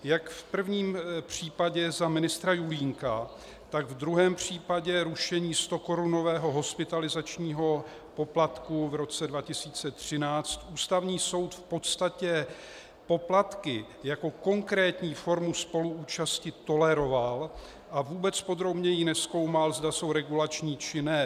Jak v prvním případě za ministra Julínka, tak ve druhém případě rušení stokorunového hospitalizačního poplatku v roce 2013 Ústavní soud v podstatě poplatky jako konkrétní formu spoluúčasti toleroval a vůbec podrobněji nezkoumal, zda jsou regulační, či ne.